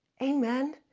Amen